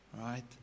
right